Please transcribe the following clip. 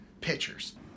pitchers